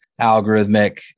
algorithmic